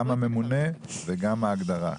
גם הממונה וגם ההגדרה.